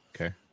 okay